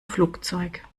flugzeug